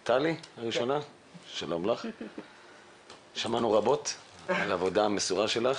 טלי, שמענו רבות על העבודה המסורה שלך